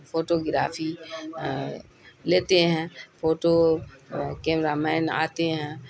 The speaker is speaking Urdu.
فوٹو گرافی لیتے ہیں فوٹو کیمرہ مین آتے ہیں